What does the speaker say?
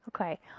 Okay